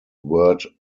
word